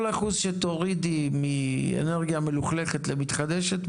כל אחוז שתורידי מאנרגיה מלוכלכת למתחדשת,